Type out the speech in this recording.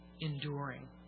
Enduring